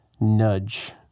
nudge